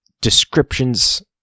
descriptions